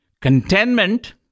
Contentment